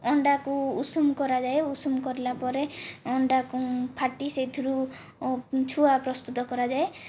ଅଣ୍ଡାକୁ ଉଷୁମ କରାଯାଏ ଉଷୁମ କରିଲାପରେ ଅଣ୍ଡା ଫାଟି ସେଥିରୁ ଛୁଆ ପ୍ରସ୍ତୁତ କରାଯାଏ